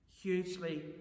Hugely